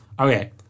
Okay